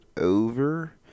over